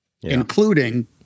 including